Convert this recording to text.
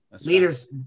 Leaders